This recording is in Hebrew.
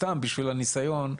סתם בשביל הניסיון,